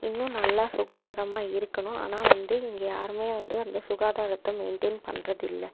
இன்னும் நல்லா சுகாதாரமாக இருக்கணும் ஆனால் வந்து இங்கே யாருமே வந்து அந்த சுகாதாரத்தை மெயின்டெய்ன் பண்ணுறது இல்லை